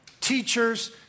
teachers